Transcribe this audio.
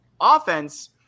Offense